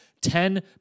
Ten